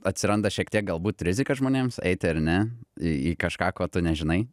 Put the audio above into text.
atsiranda šiek tiek galbūt rizika žmonėms eiti ar ne į į kažką ko tu nežinai